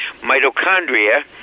mitochondria